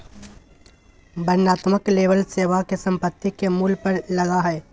वर्णनात्मक लेबल सेवा या संपत्ति के मूल्य पर लगा हइ